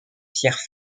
pierre